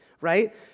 right